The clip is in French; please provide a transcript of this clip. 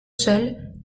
seul